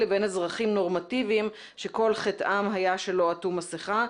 לבין אזרחים נורמטיביים שכל חטאם היה שלא עטו מסכה,